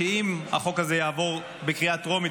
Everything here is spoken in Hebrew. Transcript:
אם החוק הזה יעבור בקריאה טרומית,